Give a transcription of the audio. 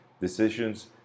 decisions